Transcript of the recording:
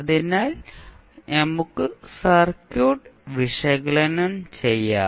അതിനാൽ നമുക്ക് സർക്യൂട്ട് വിശകലനം ചെയ്യാം